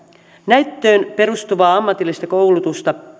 näyttöön perustuvaa ammatillista koulutusta